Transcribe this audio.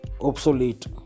Obsolete